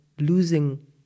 losing